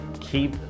Keep